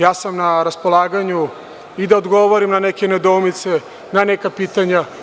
Ja sam na raspolaganju da odgovorim na neke nedoumice i na neka pitanja.